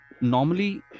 normally